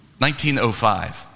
1905